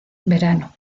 verano